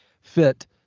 fit